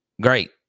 Great